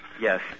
Yes